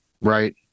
Right